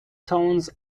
tones